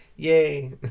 Yay